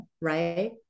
right